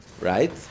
Right